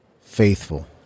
faithful